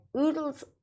oodles